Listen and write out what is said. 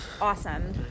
awesome